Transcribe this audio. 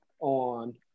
on